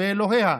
ואלוהיה,